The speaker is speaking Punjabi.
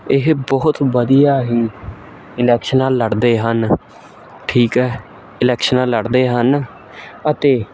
ਇਹ ਬਹੁਤ ਵਧੀਆ ਹੀ ਇਲੈਕਸ਼ਨਾਂ ਲੜਦੇ ਹਨ ਠੀਕ ਹੈ ਇਲੈਕਸ਼ਨਾਂ ਲੜਦੇ ਹਨ ਅਤੇ